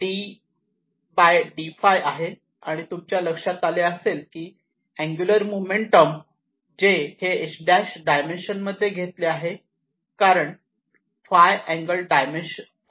आणि तुमच्या लक्षात आले असेल की अँगुलर मोमेंटम J हे h' च्या डायमेन्शनमध्ये घेतले आहे कारण φ अँगल डायमेन्शनलेस आहे